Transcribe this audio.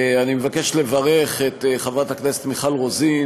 אני מבקש לברך את חברת הכנסת מיכל רוזין